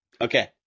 Okay